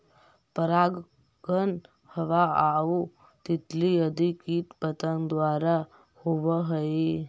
परागण हवा आउ तितली आदि कीट पतंग द्वारा होवऽ हइ